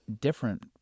different